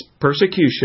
persecution